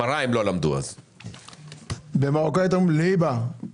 גם בפנייה הזאת אנחנו משלימים ל-63 מיליון